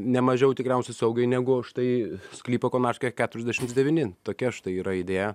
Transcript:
nemažiau tikriausia saugiai negu štai sklypą konarskio keturiasdešimts devyni tokia štai yra idėja